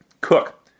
Cook